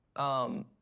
um,